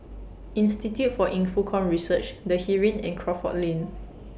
Institute For Infocomm Research The Heeren and Crawford Lane